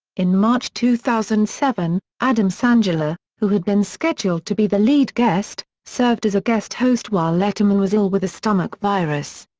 in march two thousand and seven, adam sandler who had been scheduled to be the lead guest served as a guest host while letterman was ill with a stomach virus.